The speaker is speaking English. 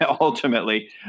ultimately